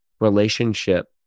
relationship